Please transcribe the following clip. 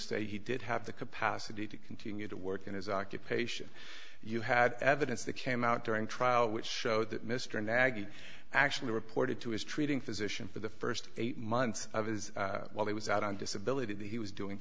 say he did have the capacity to continue to work in his occupation you had evidence that came out during trial which showed that mr naggy actually reported to his treating physician for the first eight months of his while he was out on disability that he was doing